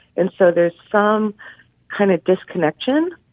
and so there's some kind of disconnection.